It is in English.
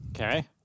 Okay